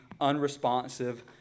unresponsive